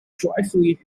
joyfully